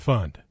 Fund